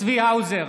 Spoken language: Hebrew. צבי האוזר,